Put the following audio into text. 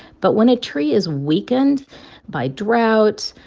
but when a tree is weakened by drought,